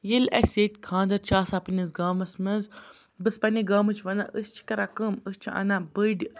ییٚلہِ اَسہِ ییٚتہِ خانٛدَر چھِ آسان پَننِس گامَس مَنٛز بہٕ چھَس پَننہِ گامٕچ وَنان أسۍ چھِ کَران کٲم أسۍ چھِ اَنان بٔڑۍ